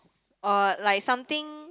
or like something